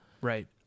Right